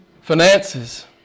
finances